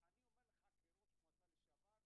חירום יישוביים),